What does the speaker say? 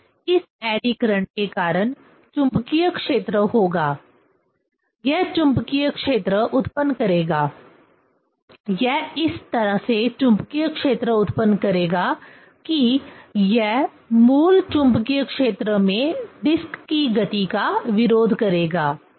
और इस eddy current के कारण चुंबकीय क्षेत्र होगा यह चुंबकीय क्षेत्र उत्पन्न करेगा यह इस तरह से चुंबकीय क्षेत्र उत्पन्न करेगा कि यह मूल चुंबकीय क्षेत्र में डिस्क की गति का विरोध करेगा